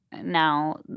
now